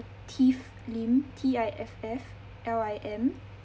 tiff lim T I F F L I M